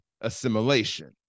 assimilation